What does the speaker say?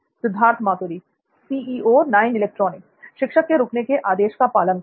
सिद्धार्थ मातुरी शिक्षक के रुकने के आदेश का पालन करेगा